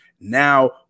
now